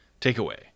Takeaway